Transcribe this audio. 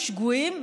השגויים,